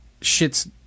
shit's